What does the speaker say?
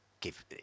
give